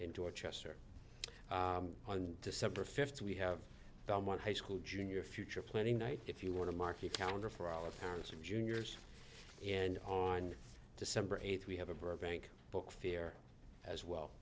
dorchester on december fifth we have done one high school junior future planning night if you want to market counter for our parents and juniors and on december eighth we have a burbank book fear as well